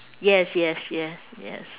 yes yes yes yes